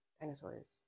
Dinosaurs